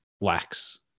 lacks